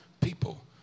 people